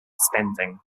spending